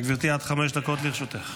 בבקשה, גברתי, עד חמש דקות לרשותך.